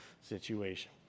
situation